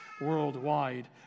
worldwide